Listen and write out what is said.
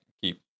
keep